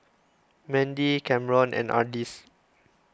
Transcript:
Mendy Camron and Ardis